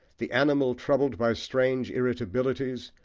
the animal troubled by strange irritabilities,